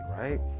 right